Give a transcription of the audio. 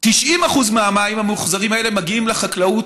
ו-90% מהמים הממוחזרים האלה מגיעים לחקלאות